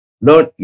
learn